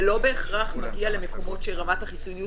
זה לא בהכרח מגיע למקומות שרמת החיסוניות